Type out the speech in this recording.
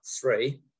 three